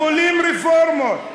יכולים רפורמות,